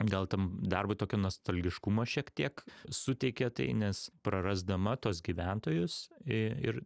gal tam darbui tokio nostalgiškumo šiek tiek suteikė tai nes prarasdama tuos gyventojus i ir